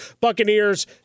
buccaneers